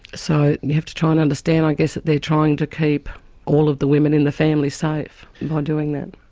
so you have to try and understand i guess that they're trying to keep all of the women in the family safe by doing that.